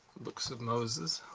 books of moses,